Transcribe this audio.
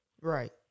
Right